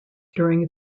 during